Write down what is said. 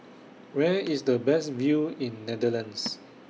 Where IS The Best View in Netherlands